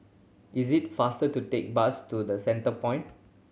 is it faster to take the bus to The Centrepoint